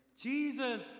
Jesus